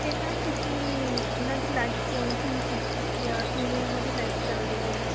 ਅਤੇ ਮੈਮ ਤੁਸੀਂ ਉਹਨਾਂ ਦੀ ਲਾਈਫ਼ ਤੋਂ ਕੀ ਕੁੱਝ ਸਿੱਖਿਆ ਕਿਵੇਂ ਉਹਨਾਂ ਦੀ ਲਾਈਫ਼ ਚੱਲਦੀ ਹੈ